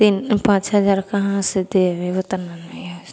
तीन पाँच हजार कहाँसे देब हेबो तब ने